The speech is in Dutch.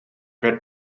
werd